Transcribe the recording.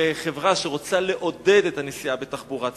כחברה שרוצה לעודד את הנסיעה בתחבורה הציבורית,